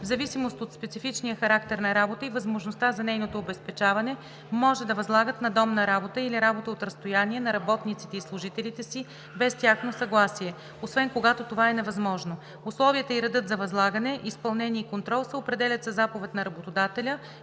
в зависимост от специфичния характер на работа и възможността за нейното обезпечаване може да възлагат надомна работа или работа от разстояние на работниците и служителите си без тяхно съгласие, освен когато това е невъзможно. Условията и редът за възлагане, изпълнение и контрол се определят със заповед на работодателя